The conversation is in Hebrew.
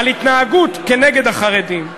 על התנהגות נגד החרדים.